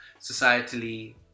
societally